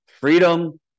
freedom